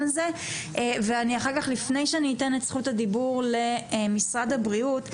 הזה ואחר כך לפני שאני אתן את זכות הדיבור למשרד הבריאות,